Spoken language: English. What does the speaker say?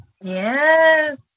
Yes